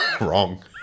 Wrong